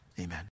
Amen